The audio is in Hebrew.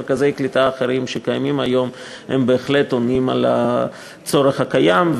מרכזי קליטה אחרים שקיימים היום בהחלט עונים על הצורך הקיים,